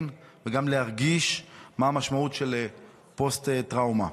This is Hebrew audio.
וגם להרגיש מה המשמעות של פוסט-טראומה.